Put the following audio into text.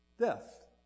Death